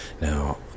now